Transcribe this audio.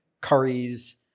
curries